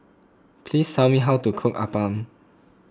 please tell me how to cook Appam